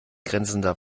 grenzender